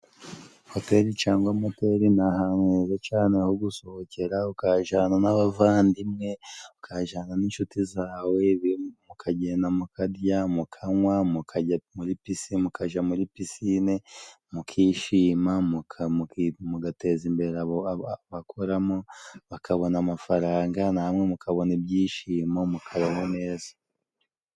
Hoteri cangwa Moteri ni ahantu heza cane ho gusohokera, ukahajana n'abavandimwe, ukahajana n'inshuti zawe, deni mukagenda mukarya, mukanywa, mukajya muri pisi mukaja muri pisine, mukishima mugateza imbere abakoramo, bakabona amafaranga namwe mukabona ibyishimo, mukabaho neza.